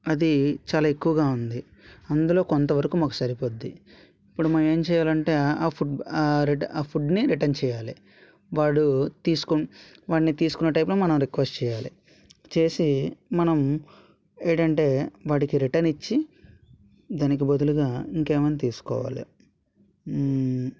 అది చాలా ఎక్కువగా ఉంది అందులో కొంతవరకు మాకు సరిపోతుంది ఇప్పుడు మనం ఏం చేయాలంటే ఆ ఫుడ్ ఆ ఫుడ్ని రిటర్న్ చేయాలి వాడు తీసుకో వాడిని తీసుకునే టైపులో మనం రిక్వెస్ట్ చేయాలి చేసి మనం ఏంటంటే వాడికి రిటర్న్ ఇచ్చి దానికి బదులుగా ఇంకేమన్నా తీసుకోవాలి